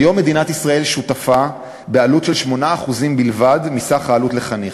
כיום מדינת ישראל שותפה בעלות של 8% בלבד מסך העלות לחניך,